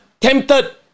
tempted